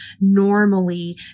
normally